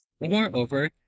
Moreover